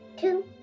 Two